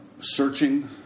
searching